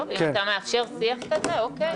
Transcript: אי-אפשר, יפעת.